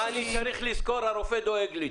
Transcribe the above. מה שאני צריך לזכור, הרופא דואג לי.